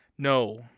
No